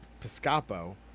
Piscopo